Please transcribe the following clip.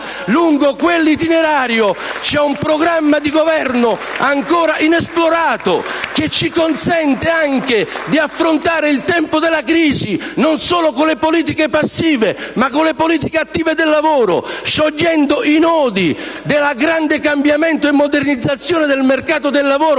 Lungo quell'itinerario c'è un programma di Governo ancora inesplorato, che ci consente anche di affrontare il tempo della crisi, non solo con le politiche passive, ma con le politiche attive del lavoro, sciogliendo i nodi del grande cambiamento e della modernizzazione del mercato del lavoro